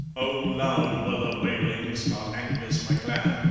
oh! loud were the wailings for angus mcclan,